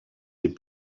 est